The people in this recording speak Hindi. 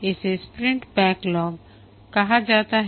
इसे स्प्रिंट बैकलॉग कहा जाता है